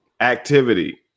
activity